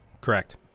Correct